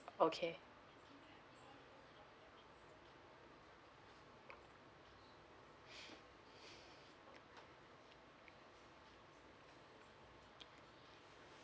okay